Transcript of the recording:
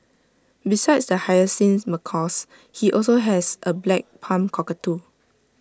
besides the hyacinth macaws he also has A black palm cockatoo